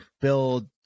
build